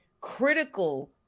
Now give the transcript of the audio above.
critical